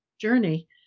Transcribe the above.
journey